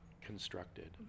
constructed